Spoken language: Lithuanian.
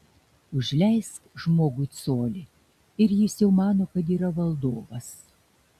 užleisk žmogui colį ir jis jau mano kad yra valdovas